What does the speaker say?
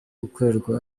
gukorerwa